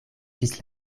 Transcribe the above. ĝis